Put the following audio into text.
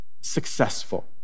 successful